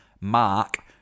Mark